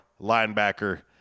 linebacker